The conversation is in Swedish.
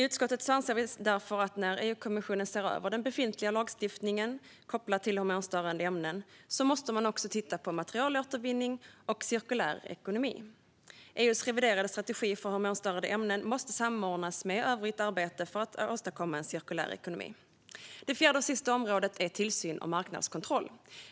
Utskottet anser därför att när EU-kommissionen ser över den befintliga lagstiftningen kopplad till hormonstörande ämnen måste man också titta på materialåtervinning och cirkulär ekonomi. EU:s reviderade strategi för hormonstörande ämnen måste samordnas med övrigt arbete för att åstadkomma en cirkulär ekonomi. Det fjärde och sista området är tillsyn och marknadskontroll.